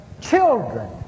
children